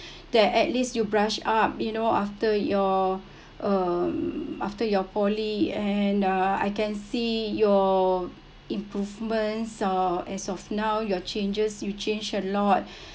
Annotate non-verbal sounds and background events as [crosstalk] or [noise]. [breath] that at least you brush up you know after your um after your poly and uh I can see your improvement uh as of now your changes you change a lot [breath]